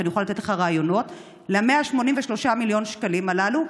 ואני יכולה לתת לך רעיונות ל-183 מיליון שקלים הללו,